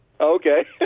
Okay